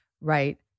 right